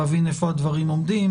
להבין איפה הדברים עומדים.